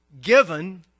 given